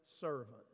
servant